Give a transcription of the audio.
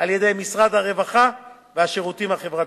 על-ידי משרד הרווחה והשירותים החברתיים,